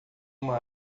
uma